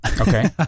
okay